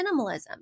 minimalism